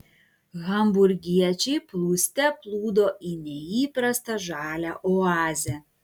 hamburgiečiai plūste plūdo į neįprastą žalią oazę